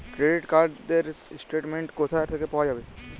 Credit card র statement কোথা থেকে পাওয়া যাবে?